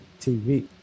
TV